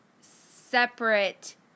separate